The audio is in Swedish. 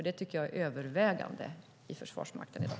Det tycker jag nämligen är övervägande i Försvarsmakten i dag.